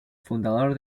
fundador